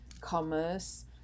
commerce